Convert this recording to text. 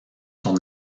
son